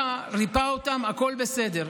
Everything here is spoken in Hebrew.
הוא ריפא אותם, הכול בסדר.